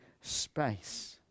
space